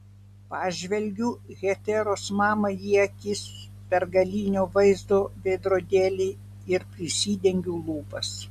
pažvelgiu heteros mamai į akis per galinio vaizdo veidrodėlį ir prisidengiu lūpas